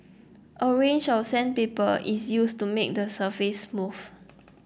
a range of sandpaper is used to make the surface smooth